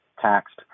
taxed